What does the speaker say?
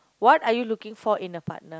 what are you looking for in a partner